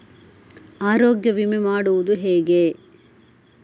ಆರೋಗ್ಯ ವಿಮೆ ಮಾಡುವುದು ಹೇಗೆ?